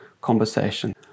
conversation